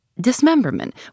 Dismemberment